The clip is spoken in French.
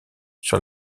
sur